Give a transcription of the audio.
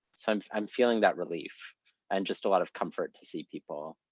so i'm i'm feeling that relief and just a lot of comfort to see people.